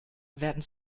werden